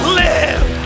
live